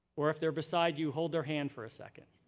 or if they're beside you, hold their hand for a second.